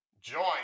Join